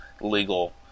legal